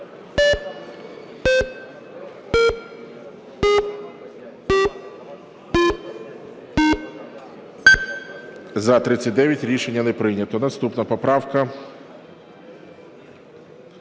За-39 Рішення не прийнято. Наступна поправка,